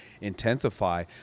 intensify